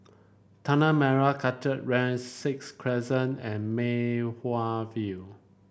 Tanah Merah Kechil Ran Sixth Crescent and Mei Hwan View